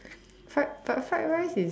fried but fried rice is